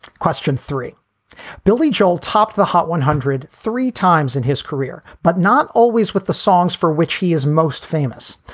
question three billy joel topped the hot one hundred. three times in his career, but not always with the songs for which he is most famous.